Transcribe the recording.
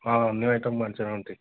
అన్నీ ఐటెం మంచిగా ఉంటాయి